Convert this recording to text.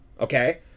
okay